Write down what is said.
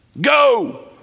go